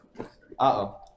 uh-oh